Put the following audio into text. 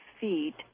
feet